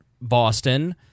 Boston